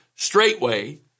straightway